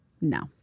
No